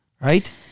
right